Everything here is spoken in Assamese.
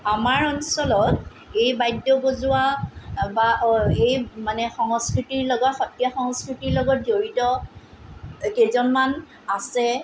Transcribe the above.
আমাৰ অঞ্চলত এই বাদ্য বজোৱা বা অঁ এই মানে সংস্কৃতিৰ লগত সত্ৰীয়া সংস্কৃতিৰ লগত জড়িত কেইজনমান আছে